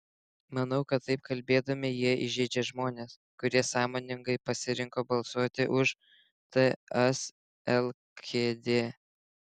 manau kad taip kalbėdami jie įžeidžia žmones kurie sąmoningai pasirinko balsuoti už ts lkd